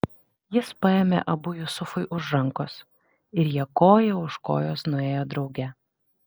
jis paėmė abu jusufui už rankos ir jie koja už kojos nuėjo drauge